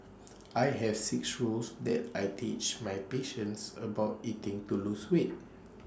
I have six rules that I teach my patients about eating to lose weight